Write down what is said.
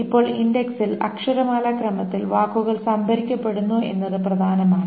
ഇപ്പോൾ ഇന്ഡക്സിൽ അക്ഷരമാലാക്രമത്തിൽ വാക്കുകൾ സംഭരിക്കപ്പെടുന്നു എന്നത് പ്രധാനമാണ്